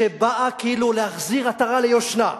שבאה כאילו להחזיר עטרה ליושנה,